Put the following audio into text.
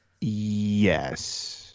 yes